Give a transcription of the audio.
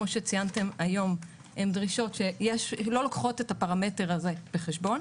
כמו שציינתם היום הן דרישות שלא לוקחות את הפרמטר הזה בחשבון.